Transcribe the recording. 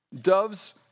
doves